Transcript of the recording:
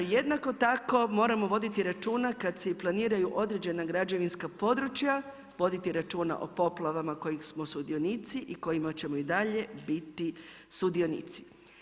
Jednako tako moramo voditi računa kada se i planiraju određena građevinska područja, voditi računa o poplavama kojih smo sudionici i kojima ćemo i dalje biti sudionici.